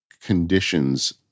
conditions